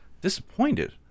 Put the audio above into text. disappointed